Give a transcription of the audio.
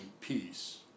peace